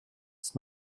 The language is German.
ist